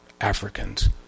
Africans